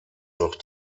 noch